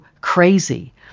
crazy